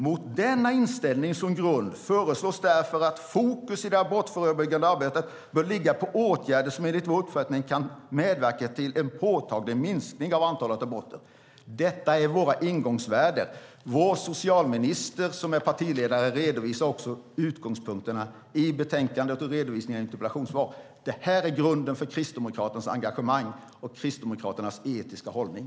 Med denna inställning som grund föreslås därför att fokus i det abortförebyggande arbetet bör ligga på åtgärder som enligt vår uppfattning kan medverka till en påtaglig minskning av antalet aborter. Detta är våra ingångsvärden. Vår socialminister, som är partiledare, redovisar också utgångspunkterna i betänkandet, i redovisningen av interpellationssvaret. Det här är grunden för Kristdemokraternas engagemang och Kristdemokraternas etiska hållning.